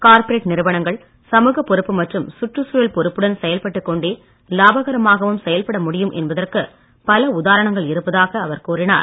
corporate நிறுவனங்கள் சமூக பொறுப்பு மற்றும் சுற்றுச் சூழல் பொறுப்புடன் செயல்பட்டுக் கொண்டே லாபகரமாகவும் செயல்பட முடியும் என்பதற்கு பல உதாரணங்கள் இருப்பதாக அவர் கூறினார்